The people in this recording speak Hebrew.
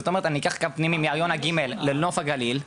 עדיין זאת אומרת אני אקח קו פנימי מהר יונה ג' לנוף הגליל.